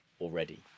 already